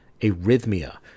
arrhythmia